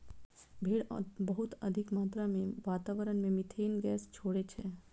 भेड़ बहुत अधिक मात्रा मे वातावरण मे मिथेन गैस छोड़ै छै